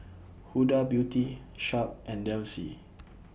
Huda Beauty Sharp and Delsey